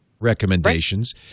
recommendations